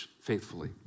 faithfully